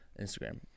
Instagram